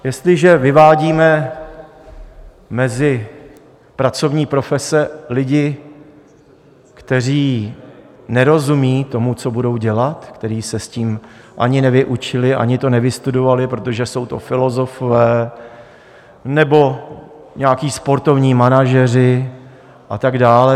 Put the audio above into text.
Jestliže vyvádíme mezi pracovní profese lidi, kteří nerozumí tomu, co budou dělat, kteří se s tím ani nevyučili ani to nevystudovali, protože jsou to filozofové nebo nějací sportovní manažeři a tak dál.